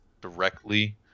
directly